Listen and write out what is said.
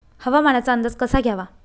हवामानाचा अंदाज कसा घ्यावा?